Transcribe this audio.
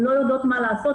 הן לא יודעות מה לעשות,